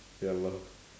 ya lor